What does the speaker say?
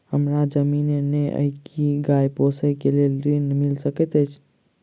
हमरा जमीन नै अई की गाय पोसअ केँ लेल ऋण मिल सकैत अई?